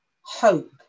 hope